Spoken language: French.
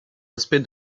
aspects